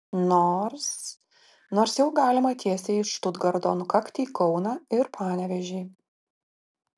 nors nors jau galima tiesiai iš štutgarto nukakti į kauną ir panevėžį